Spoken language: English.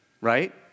right